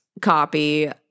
copy